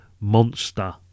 monster